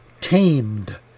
tamed